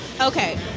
Okay